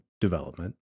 development